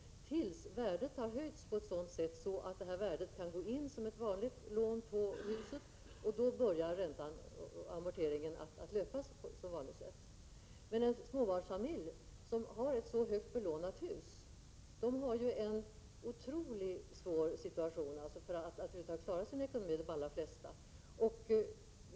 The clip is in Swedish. Men när marknadsvärdet har ökat på ett sådant vis att detta lån kan låt mig säga gå in som ett vanligt lån på huset, måste man börja betala ränta och amortering på vanligt sätt. De allra flesta småbarnsfamiljer som har ett så högt belånat hus befinner sig i en otroligt svår situation när det gäller att över huvud taget klara sin ekonomi.